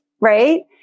Right